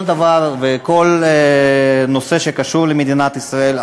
כל דבר וכל נושא שקשור למדינת ישראל.